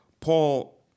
Paul